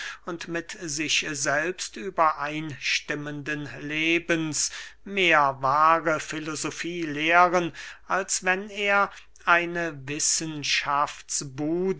mit sich selbst übereinstimmenden lebens mehr wahre filosofie lehren als wenn er eine